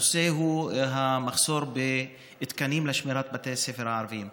הנושא הוא המחסור בתקנים לשמירת בתי הספר הערביים.